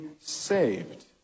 saved